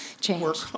change